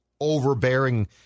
overbearing